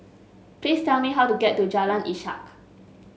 please tell me how to get to Jalan Ishak